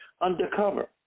undercover